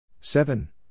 seven